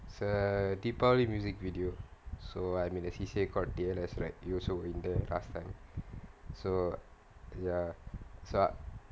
it's a deepavali music video so I'm in a C_C_A called theatres and act you also were in there last time so ya so